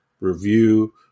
review